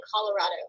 Colorado